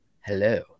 hello